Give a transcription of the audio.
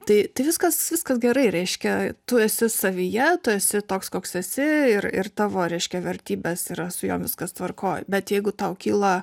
tai viskas viskas gerai reiškia tu esi savyje tu esi toks koks esi ir ir tavo reiškia vertybės yra su jom viskas tvarkoj bet jeigu tau kyla